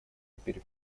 теперь